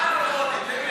באמת.